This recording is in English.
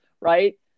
right